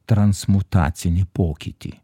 transmutacinį pokytį